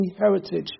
heritage